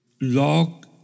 log